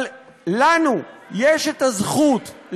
אבל לנו יש את הזכות,